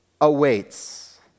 awaits